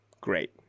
great